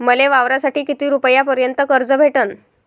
मले वावरासाठी किती रुपयापर्यंत कर्ज भेटन?